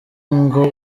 ngo